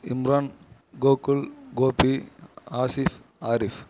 Imran Gokul Gopi Asif Arif